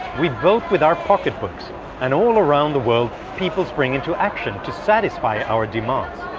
we vote with our pocketbooks and all around the world, people spring into action, to satisfy our demands.